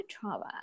trauma